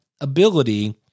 ability